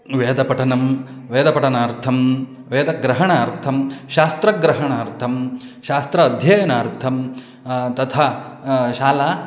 वेदपठनं वेदपठनार्थं वेदग्रहणार्थं शास्त्रग्रहणार्थं शास्त्र अध्ययनार्थं तथा शाला